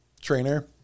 trainer